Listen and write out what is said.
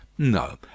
No